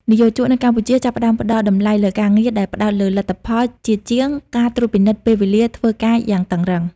និយោជកនៅកម្ពុជាចាប់ផ្តើមផ្តល់តម្លៃលើការងារដែលផ្ដោតលើលទ្ធផល ជាជាងការត្រួតពិនិត្យពេលវេលាធ្វើការយ៉ាងតឹងរ៉ឹង។